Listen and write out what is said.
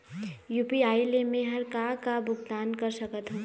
UPI ले मे हर का का भुगतान कर सकत हो?